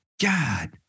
God